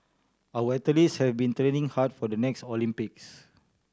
our athletes have been training hard for the next Olympics